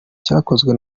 cyakozwe